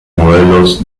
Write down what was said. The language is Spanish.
modelos